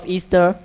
Easter